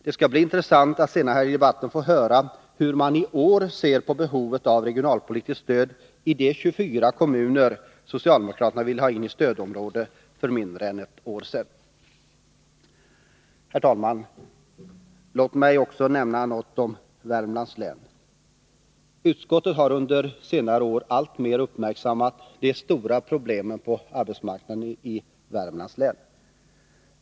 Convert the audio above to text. Det skall bli intressant att senare här i debatten få höra hur man i år ser på behovet av regionalpolitiskt stöd i de 24 kommuner som socialdemokraterna ville få ini stödområde för mindre än ett år sedan. Herr talman! Låt mig också nämna något om Värmlands län. Arbetsmarknadsutskottet har under senare år alltmer uppmärksammat de stora problemen på arbetsmarknaden i Värmlands län.